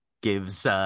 gives